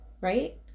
right